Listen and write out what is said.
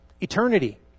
eternity